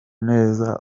neza